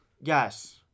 Yes